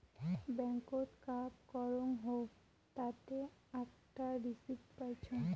ব্যাংকত কাম করং হউ তাতে আকটা রিসিপ্ট পাইচুঙ